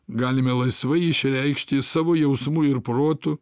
galime laisvai išreikšti savo jausmu ir protu